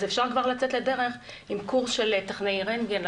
אפשר כבר לצאת לדרך עם קורס של טכנאי רנטגן,